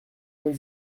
vingt